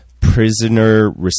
prisoner